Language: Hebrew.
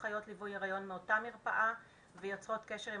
אחיות ליווי היריון מאותה המרפאה ואלו יוצרות קשר עם